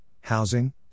housing